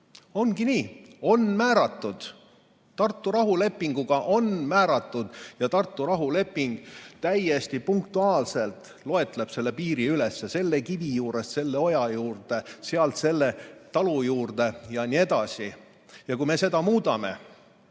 ongi nii, on määratud, Tartu rahulepinguga on määratud. Tartu rahuleping täiesti punktuaalselt loetleb selle piiri üles, selle kivi juurest selle oja juurde, sealt selle talu juurde jne. Kui me seda muudame,